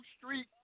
Street